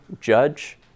judge